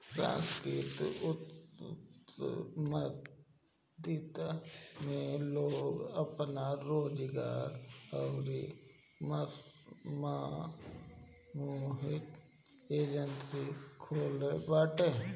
सांस्कृतिक उद्यमिता में लोग आपन रोजगार अउरी सामूहिक एजेंजी खोलत बाटे